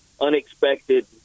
unexpected